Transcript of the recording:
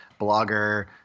blogger